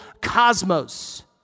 cosmos